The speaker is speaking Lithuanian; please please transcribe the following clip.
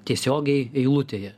tiesiogiai eilutėje